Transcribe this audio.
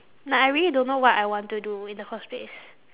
like I really don't know what I want to do in the first place